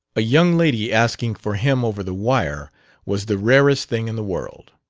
a young lady asking for him over the wire was the rarest thing in the world.